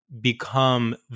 become